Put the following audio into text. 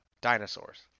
dinosaurs